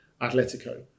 Atletico